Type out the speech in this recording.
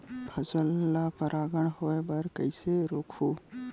फसल ल परागण होय बर कइसे रोकहु?